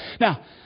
Now